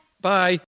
Bye